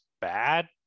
bad